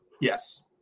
Yes